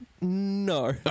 No